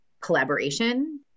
collaboration